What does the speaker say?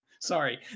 Sorry